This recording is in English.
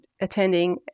attending